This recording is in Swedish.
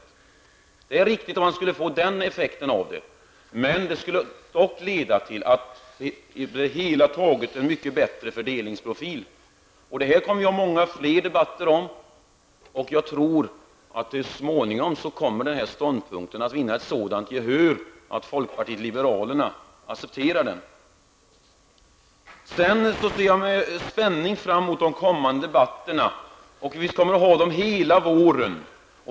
Resonemanget är alltså riktigt om det handlar om den effekten. Det här skulle på det hela taget leda till en mycket bättre fördelningsprofil. Men den här frågan kommer vi att ha många fler debatter om. Jag tror att den framförda ståndpunkten så småningom kommer att vinna ett sådant gehör att folkpartiet liberalerna accepterar den. Vidare ser jag med spänning fram emot kommande debatter under våren.